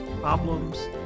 problems